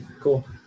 cool